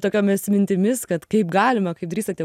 tokiomis mintimis kad kaip galima kaip drįstate